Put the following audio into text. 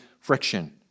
friction